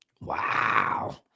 Wow